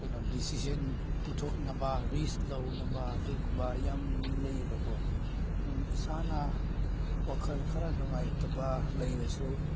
ꯀꯩꯅꯣ ꯗꯤꯁꯤꯖꯟ ꯄꯨꯊꯣꯛꯅꯕ ꯔꯤꯁ ꯂꯧꯅꯕ ꯑꯗꯨꯒꯨꯝꯕ ꯌꯥꯝ ꯂꯩꯌꯦꯕꯀꯣ ꯑꯗꯨꯝ ꯏꯁꯥꯅ ꯋꯥꯈꯜ ꯈꯔ ꯅꯨꯡꯉꯥꯏꯇꯕ ꯂꯩꯔꯁꯨ